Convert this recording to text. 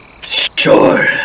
Sure